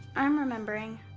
i'm remembering.